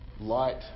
Light